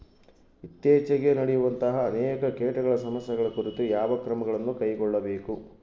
ಇತ್ತೇಚಿಗೆ ನಡೆಯುವಂತಹ ಅನೇಕ ಕೇಟಗಳ ಸಮಸ್ಯೆಗಳ ಕುರಿತು ಯಾವ ಕ್ರಮಗಳನ್ನು ಕೈಗೊಳ್ಳಬೇಕು?